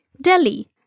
Delhi